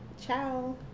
Ciao